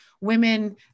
women